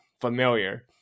familiar